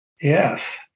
Yes